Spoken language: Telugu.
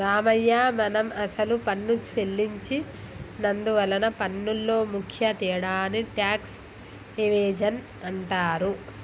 రామయ్య మనం అసలు పన్ను సెల్లించి నందువలన పన్నులో ముఖ్య తేడాని టాక్స్ ఎవేజన్ అంటారు